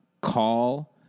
call